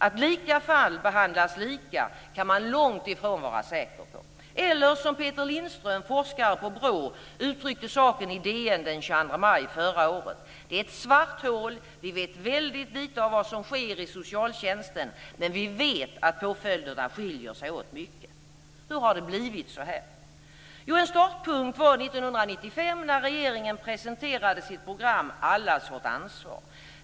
Att lika fall behandlas lika kan man långt ifrån vara säker på. Eller som Peter Lindström, forskare på BRÅ, uttryckte saken i DN den 22 maj förra året: "Det är ett svart hål. Vi vet väldigt lite om vad som sker i socialtjänsten, men vi vet att påföljderna skiljer sig åt mycket." Hur har det blivit så här? Jo, en startpunkt var 1995 när regeringen presenterade sitt program Allas vårt ansvar.